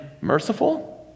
merciful